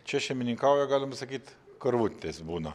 čia šeimininkauja galima sakyt karvutės būna